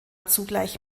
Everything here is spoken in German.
zugleich